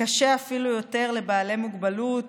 קשה אפילו יותר לבעלי מוגבלות,